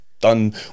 done